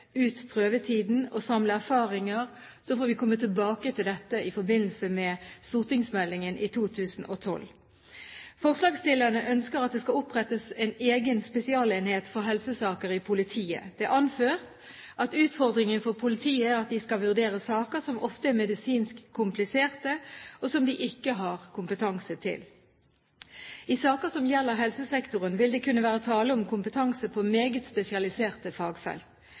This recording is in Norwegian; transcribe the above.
ut prøvetiden, og samle erfaringer, så får vi komme tilbake til dette i forbindelse med stortingsmeldingen i 2012. Forslagsstillerne ønsker at det skal opprettes en egen spesialenhet for helsesaker i politiet. Det er anført: «Utfordringen for politiet er at de skal vurdere saker som ofte er medisinsk kompliserte og som de ikke har kompetanse til.» I saker som gjelder helsesektoren, vil det kunne være tale om kompetanse på meget spesialiserte fagfelt.